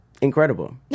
Incredible